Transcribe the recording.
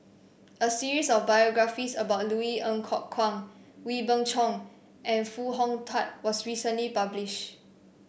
a series of biographies about Louis Ng Kok Kwang Wee Beng Chong and Foo Hong Tatt was recently publish